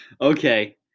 okay